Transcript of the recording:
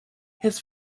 his